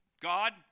God